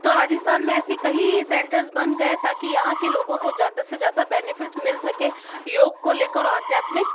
तो राजस्थान में ऐसी कही सेंटर्स बन गए ताकि यहाँ के लोगों को ज़्यादा से ज़्यादा बेनिफिट मिल सके योग को लेकर आध्यात्मिक